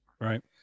Right